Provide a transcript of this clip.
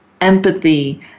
empathy